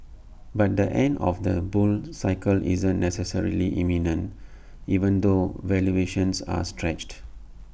but the end of the bull cycle isn't necessarily imminent even though valuations are stretched